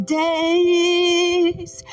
days